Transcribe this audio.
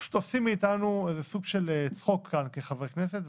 פשוט עושים מאיתנו סוג של צחוק כאן כחברי כנסת.